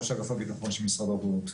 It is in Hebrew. ראש אגף הביטחון של משרד הבריאות.